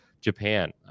japan